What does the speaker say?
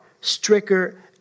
stricter